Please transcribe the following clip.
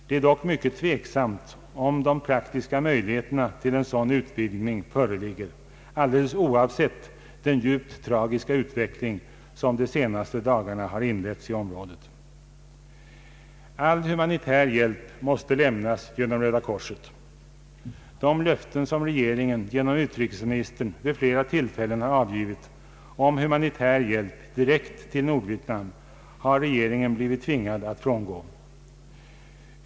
Det är dock mycket tveksamt om praktiska möjligheter till en sådan utvidgning föreligger, alldeles oavsett den djupt tragiska utveckling som de senaste dagarna har inletts i området. All humanitär hjälp måste lämnas genom Röda korset. De löften som regeringen genom utrikesministern vid flera tillfällen har avgivit om humanitär hjälp direkt till Nordvietnam, har regeringen blivit tvingad att bryta.